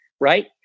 right